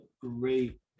great